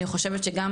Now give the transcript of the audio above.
אני חושבת שגם